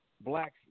blacks